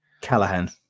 Callahan